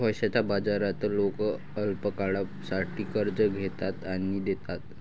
पैशाच्या बाजारात लोक अल्पकाळासाठी कर्ज घेतात आणि देतात